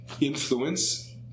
influence